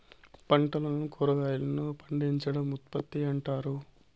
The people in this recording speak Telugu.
పంటలను కురాగాయలను పండించడం ఉత్పత్తి అంటారు